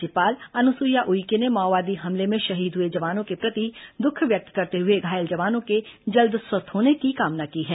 राज्यपाल अनुसुईया उइके ने माओवादी हमले में शहीद हुए जवानों के प्रति दुख व्यक्त करते हुए घायल जवानों के जल्द स्वस्थ होने की कामना की है